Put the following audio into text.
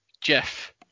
Jeff